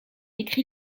écrit